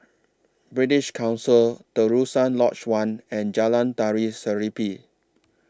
British Council Terusan Lodge one and Jalan Tari Serimpi